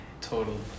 Total